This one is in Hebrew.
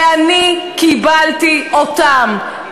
ואני קיבלתי אותם".